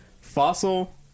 fossil